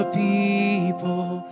people